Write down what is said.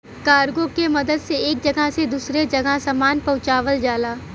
cargo के मदद से एक जगह से दूसरे जगह सामान पहुँचावल जाला